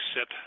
sit